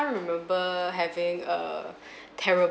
remember having a terrible